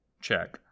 check